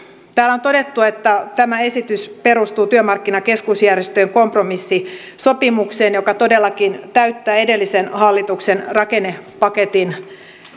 täällä on todettu että tämä esitys perustuu työmarkkinakeskusjärjestöjen kompromissisopimukseen joka todellakin täyttää edellisen hallituksen rakennepaketin tavoitteet